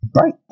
Right